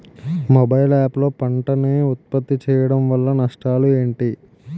Mobile app లో పంట నే ఉప్పత్తి చేయడం వల్ల నష్టాలు ఏంటి?